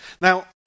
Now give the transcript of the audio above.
Now